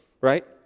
Right